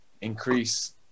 increase